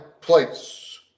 place